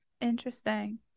Interesting